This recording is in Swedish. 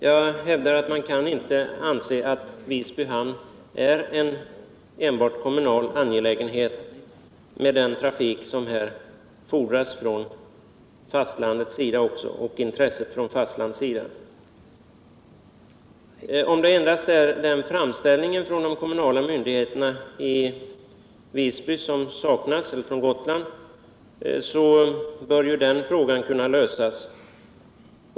Jag hävdar att man inte kan anse att Visby hamn enbart är en kommunal angelägenhet — med hänsyn till trafiken från fastlandet som människor där har krav på. Om det endast är framställningen från de kommunala myndigheterna på Gotland som saknas, bör den frågan kunna lösas.